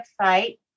website